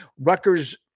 Rutgers